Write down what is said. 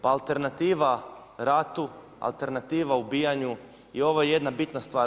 Pa alternativa ratu, alternativa ubijanju i ovo je jedna bitna stvar.